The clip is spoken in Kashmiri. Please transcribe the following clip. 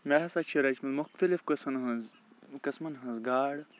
مےٚ ہَسا چھِ رَچمَژ مُختلِف قٕسَن ہٕنٛز قٕسمَن ہٕنٛز گاڈٕ